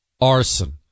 arson